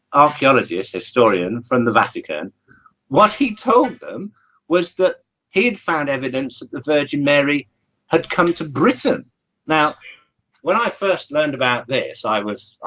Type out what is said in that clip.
archaeologists historian from the vatican what he told them was that he'd found evidence that the virgin mary had come to britain now when i first learned about this i was i